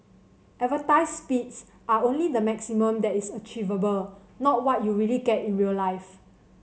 advertised speeds are only the maximum that is achievable not what you really get in real life